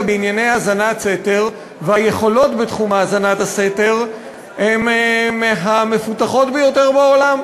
בענייני האזנת סתר והיכולות בתחום האזנת הסתר הם מהמפותחים ביותר בעולם.